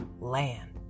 land